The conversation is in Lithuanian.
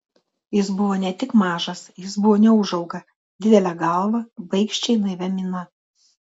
jis buvo ne tik mažas jis buvo neūžauga didele galva baikščiai naivia mina